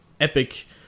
epic